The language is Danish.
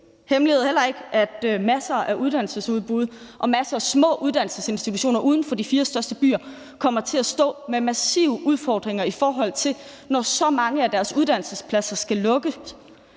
hemmelighed, at masser af uddannelsesudbud og masser af små uddannelsesinstitutioner uden for de fire største byer kommer til at stå med massive udfordringer, når så mange af deres uddannelsespladser skal lukkes,